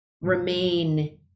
remain